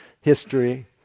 history